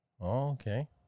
Okay